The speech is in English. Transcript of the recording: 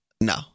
No